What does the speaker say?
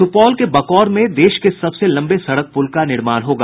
सुपौल के बकौर में देश के सबसे लंबे सड़क पुल का निर्माण होगा